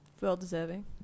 Well-deserving